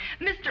Mr